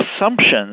assumptions